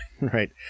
Right